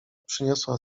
przyniosła